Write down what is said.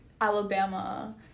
Alabama